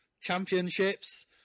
Championships